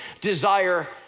desire